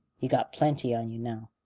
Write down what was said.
you've got plenty on you now.